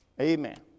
Amen